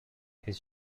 his